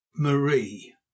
Marie